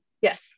yes